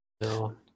No